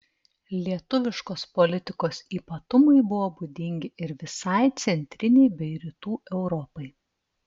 lietuviškos politikos ypatumai buvo būdingi ir visai centrinei bei rytų europai